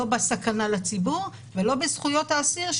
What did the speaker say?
לא בסכנה לציבור ולא בזכויות האסיר.